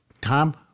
Tom